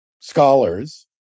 scholars